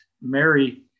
Mary